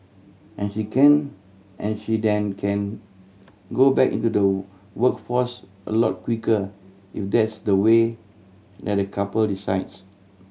and she can and she then can go back into the workforce a lot quicker if that's the way that the couple decides